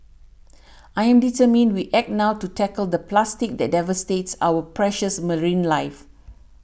I am determined we act now to tackle the plastic that devastates our precious marine life